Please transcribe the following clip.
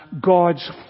God's